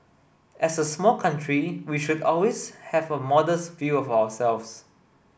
as a small country we should always have a modest view of ourselves